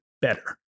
better